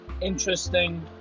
interesting